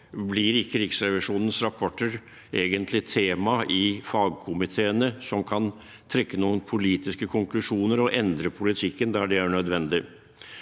blir ikke Riksrevisjonens rapporter egentlig tema i fagkomiteene, som kan trekke noen politiske konklusjoner og endre politikken der det er nødvendig.